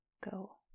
go